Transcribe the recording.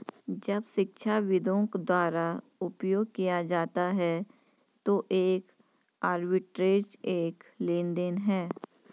जब शिक्षाविदों द्वारा उपयोग किया जाता है तो एक आर्बिट्रेज एक लेनदेन है